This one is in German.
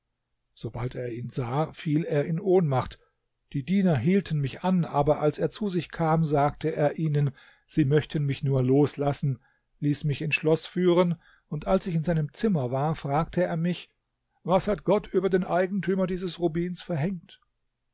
sobald er ihn sah fiel er in ohnmacht die diener hielten mich an aber als er zu sich kam sagte er ihnen sie möchten mich nur loslassen ließ mich ins schloß führen und als ich in seinem zimmer war fragte er mich was hat gott über den eigentümer dieses rubins verhängt